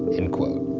end quote.